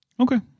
Okay